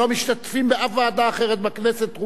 שלא משתתפים באף ועדה אחרת בכנסת,